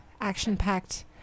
action-packed